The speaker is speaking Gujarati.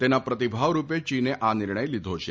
તેના પ્રતિભાવ રૂપે ચીને આ નિર્ણય લીધો છે